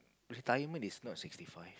retirement is not sixty five